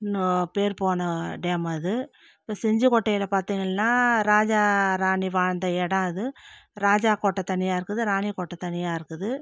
பேர் போன டேம் அது இப்போ செஞ்சிகோட்டையில் பார்த்தீங்கன்னா ராஜா ராணி வாழ்ந்த இடம் அது ராஜாக்கோட்டை தனியாக இருக்குது ராணிக்கோட்டை தனியாக இருக்குது